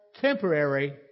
temporary